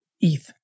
ETH